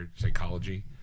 psychology